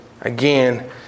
again